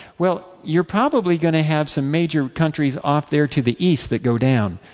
well, you are probably going to have some major countries off, there, to the east, that go down.